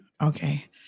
Okay